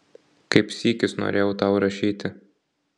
kaip sykis norėjau tau rašyti